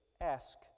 Ask